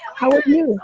how are you?